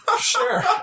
Sure